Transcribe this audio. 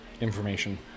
information